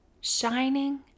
shining